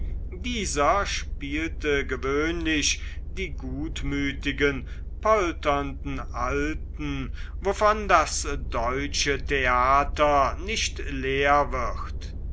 dieser spielte gewöhnlich die gutmütigen polternden alten wovon das deutsche theater nicht leer wird